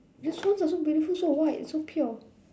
ya swans are so beautiful so white so pure